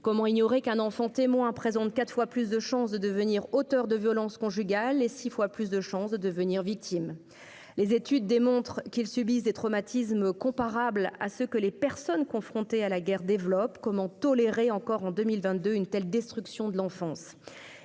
Comment ignorer qu'un enfant témoin présente quatre fois plus de chance de devenir auteur de violences conjugales et six fois plus de chance de devenir victime ? Les études démontrent qu'ils subissent des traumatismes comparables à ceux que les personnes confrontées à la guerre développent. Comment tolérer encore en 2022 une telle destruction de l'enfance ?